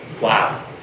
Wow